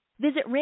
Visit